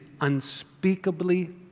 unspeakably